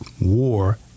War